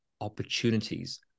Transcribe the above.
opportunities